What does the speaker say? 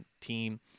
team